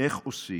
איך עושים,